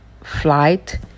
flight